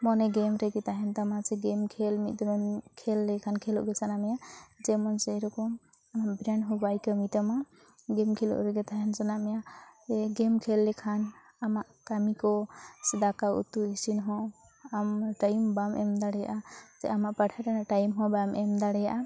ᱢᱚᱱᱮ ᱜᱮᱢ ᱨᱮᱜᱮ ᱛᱟᱦᱮᱱ ᱛᱟᱢᱟ ᱥᱮ ᱜᱮᱢ ᱠᱷᱮᱞ ᱢᱤᱫ ᱫᱷᱚᱢᱮᱢ ᱠᱷᱮᱞ ᱞᱮᱠᱷᱟᱱ ᱠᱷᱮᱞᱚᱜ ᱜᱮ ᱥᱟᱱᱟ ᱢᱮᱭᱟ ᱡᱮᱢᱚᱱ ᱥᱮᱨᱚᱠᱚᱢ ᱵᱨᱮᱱ ᱦᱚᱸ ᱵᱟᱭ ᱠᱟᱹᱢᱤᱭ ᱛᱟᱢᱟ ᱜᱮᱢ ᱠᱷᱮᱞᱚᱜ ᱨᱮᱜᱮ ᱛᱟᱦᱮᱱ ᱥᱟᱱᱟ ᱢᱮᱭᱟ ᱜᱮᱢ ᱠᱷᱮᱞ ᱞᱮᱠᱷᱟᱱ ᱟᱢᱟᱜ ᱠᱟᱹᱢᱤᱠᱚ ᱫᱟᱠᱟᱼᱩᱛᱩ ᱤᱥᱤᱱᱦᱚᱸ ᱟᱢ ᱴᱟᱭᱤᱢ ᱵᱟᱢ ᱮᱢ ᱫᱟᱲᱮᱭᱟᱜᱼᱟ ᱪᱮ ᱟᱢᱟᱜ ᱯᱟᱲᱦᱟᱜ ᱨᱮᱱᱟᱜ ᱴᱟᱭᱤᱢ ᱦᱚᱸ ᱵᱟᱢ ᱮᱢ ᱫᱟᱲᱮᱭᱟᱜᱼᱟ